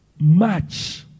match